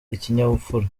ikinyabupfura